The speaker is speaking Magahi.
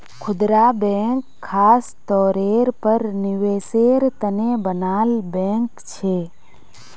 खुदरा बैंक ख़ास तौरेर पर निवेसेर तने बनाल बैंक छे